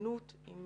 התחשבנות עם